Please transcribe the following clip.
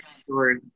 story